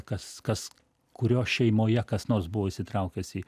kas kas kurio šeimoje kas nors buvo įsitraukęs į